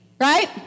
right